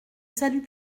salut